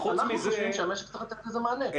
אנחנו חושבים שהמשק צריך לתת לזה מענה.